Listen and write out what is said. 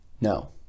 No